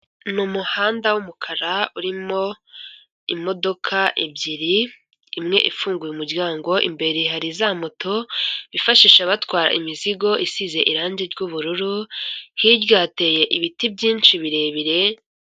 Ni umuhanda wumukara urimo imodoka ebyiri imwe ifunguye umuryango, imbere hari za moto bifashisha abatwara imizigo isize irangi ryubururu hiryateye ibiti byinshi birebire.